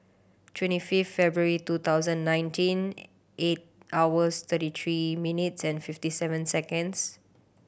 twenty fifth February two thousand and nineteen eight hours thirty three minutes and fifty seven seconds